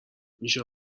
میشه